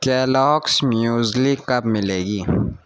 Kellogg's muesli کب ملے گی